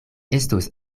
estos